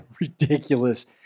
ridiculous